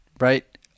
right